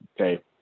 okay